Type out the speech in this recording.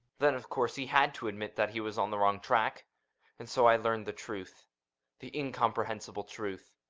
then of course he had to admit that he was on the wrong track and so i learned the truth the incomprehensible truth!